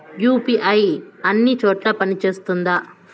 UPI అన్ని చోట్ల పని సేస్తుందా?